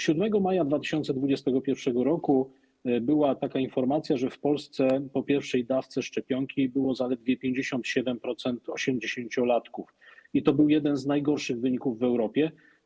7 maja 2021 r. była informacja, że w Polsce po pierwszej dawce szczepionki było zaledwie 57% osiemdziesięciolatków, i to był jeden z najgorszych wyników w Europie.